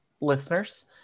listeners